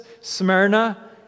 Smyrna